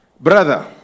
Brother